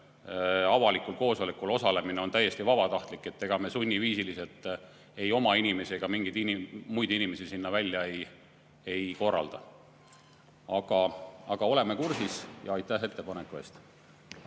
avalikul koosolekul osalemine on täiesti vabatahtlik, ega me sunniviisiliselt ei oma inimesi ega mingeid muid inimesi välja ei [aja]. Aga oleme kursis ja aitäh ettepaneku eest.